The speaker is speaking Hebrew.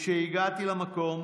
כשהגעתי למקום